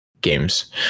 games